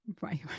Right